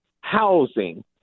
housing